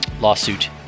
lawsuit